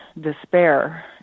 despair